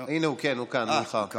הינה, כן, הוא כאן, מולך.